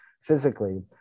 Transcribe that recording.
physically